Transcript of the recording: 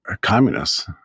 communists